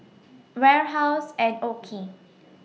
Warehouse and OKI